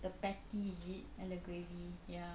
the patty is it and the gravy ya